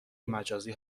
مجازی